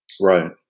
Right